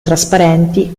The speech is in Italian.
trasparenti